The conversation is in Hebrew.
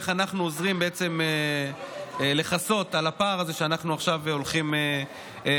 איך בעצם אנחנו עוזרים לכסות על הפער הזה כשאנחנו הולכים לשנות.